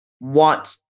want